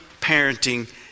parenting